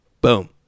Boom